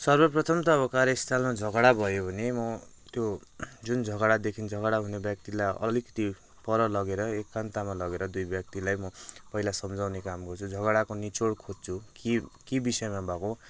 सर्वप्रथम त कार्यस्थलमा झगडा भयो भने मो त्यो जुन झगडादेखि झगडा हुने व्यक्तिलाई अलिकति पर लगेर एकान्तमा लगेर दुई व्यक्तिलाई म पहिला सम्झाउने काम गर्छु झगडाको निचोड खोज्छु के के विषयमा भएको हो